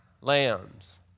lambs